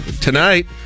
Tonight